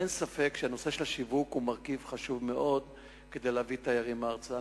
אין ספק שהשיווק הוא מרכיב חשוב מאוד בהבאת תיירים ארצה.